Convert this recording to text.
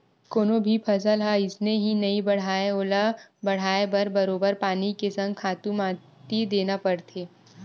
कोनो भी फसल ह अइसने ही नइ बाड़हय ओला बड़हाय बर बरोबर पानी के संग खातू माटी देना परथे